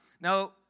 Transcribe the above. Now